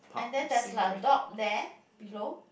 and then there's like a dog there below